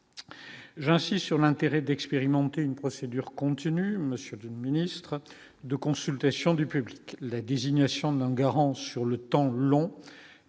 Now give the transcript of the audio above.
j'insiste sur l'intérêt d'expérimenter une procédure continue monsieur d'une ministre de consultation du public, la désignation d'un grand sur le temps long